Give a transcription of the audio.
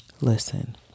Listen